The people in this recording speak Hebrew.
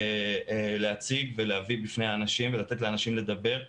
להציג ולהביא בפני האנשים, ולתת לאנשים לדבר.